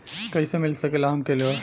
कइसे मिल सकेला हमके ऋण?